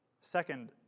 Second